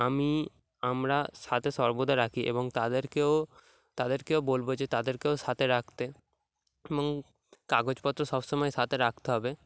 আমি আমরা সাথে সর্বদা রাখি এবং তাদেরকেও তাদেরকেও বলবো যে তাদেরকেও সাথে রাখতে এবং কাগজপত্র সব সময় সাথে রাখতে হবে